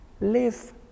live